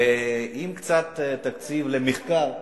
ועם קצת תקציב למחקר,